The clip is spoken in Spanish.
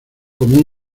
como